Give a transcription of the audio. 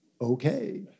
Okay